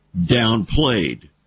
downplayed